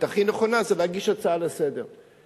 הכי נכונה זה להגיש הצעה לסדר-היום.